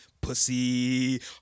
pussy